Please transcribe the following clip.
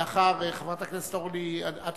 לאחר חברת הכנסת אורלי לוי אבקסיס,